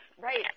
Right